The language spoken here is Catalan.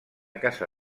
casa